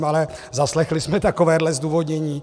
Ale zaslechli jsme takovéhle zdůvodnění.